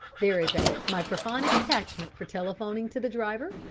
there is a micraphonic attachment for telephoning to the driver,